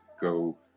go